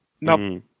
No